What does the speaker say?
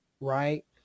right